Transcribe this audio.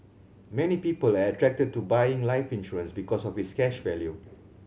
many people are attracted to buying life insurance because of its cash value